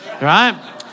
right